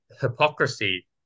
hypocrisy